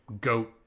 goat